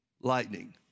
lightning